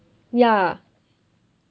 ya